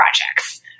projects